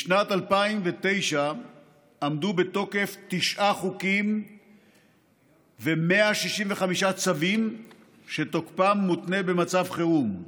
בשנת 2009 עמדו בתוקף תשעה חוקים ו-165 צווים שתוקפם מותנה במצב חירום.